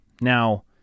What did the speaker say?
Now